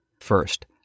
First